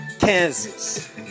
Kansas